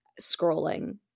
scrolling